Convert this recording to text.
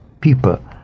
people